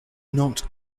not